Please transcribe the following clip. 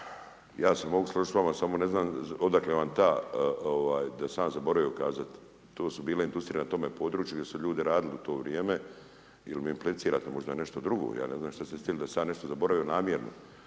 Ja se mogu složiti s vama, samo ne znam odakle vam ta, ovaj, da sam ja zaboravio kazat, tu su bile industrije na tome području gdje su ljudi radili u to vrijeme il mi implicirate možda nešto drugo, ja ne znam što ste s tim da sam ja nešto zaboravio namjerno.